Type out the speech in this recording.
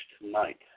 tonight